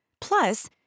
Plus